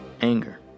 anger